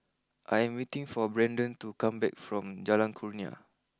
I 'm waiting for Brenden to come back from Jalan Kurnia